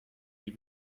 wie